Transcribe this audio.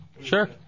Sure